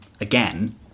again